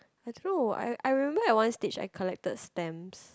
I don't know I I remember at one stage I collected stamps